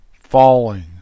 falling